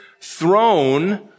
throne